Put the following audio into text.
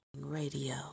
Radio